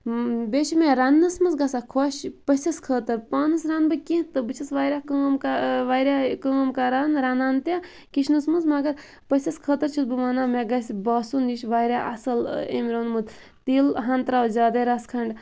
بیٚیہِ چھ مےٚ رَننَس مَنٛز گَژھان خۄش پٔژھِس خٲطرٕ پانَس رَنہٕ بہٕ کینٛہہ تہٕ بہٕ چھَس واریاہ کٲم کَ واریاہ کٲم کَران رَنان تہِ کِچنَس مَنٛز مَگَر پٔژھِس خٲطرٕ چھَس بہٕ وَنان مےٚ گَژھِ باسُن یہِ چھُ واریاہ اصٕل امۍ روٚنمُت تیٖل ہَن تراوٕ زیادے رَژھ کھَنٛڈ